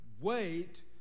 wait